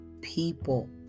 people